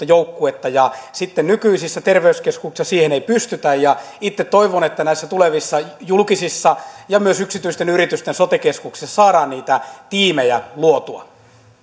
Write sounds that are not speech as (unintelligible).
(unintelligible) joukkuetta ja nykyisissä terveyskeskuksissa siihen ei pystytä itse toivon että näissä tulevissa julkisissa ja myös yksityisten yritysten sote keskuksissa saadaan niitä tiimejä luotua